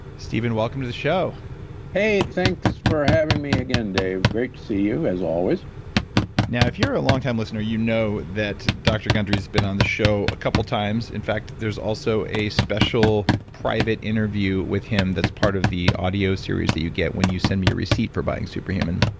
steven, welcome to the show hey, thanks for having me again dave. great to see you as always now, if you're a longtime listener, you know that dr. gundry has been on the show a couple of times. in fact, there's also a special private interview with him that's part of the audio series that you get when you send me your receipt for buying super human.